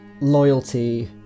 Loyalty